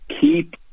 keep